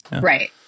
Right